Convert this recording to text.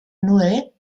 null